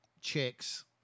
chicks